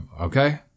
okay